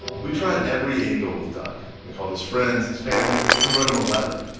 we tried every angle with duck. we called his friends, his family, even wrote him a letter.